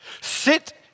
Sit